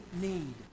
need